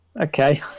Okay